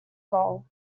goal